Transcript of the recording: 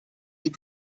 die